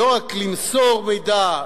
לא רק למסור מידע,